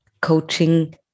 coaching